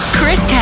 Chris